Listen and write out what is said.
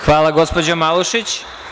Hvala, gospođo Malušić.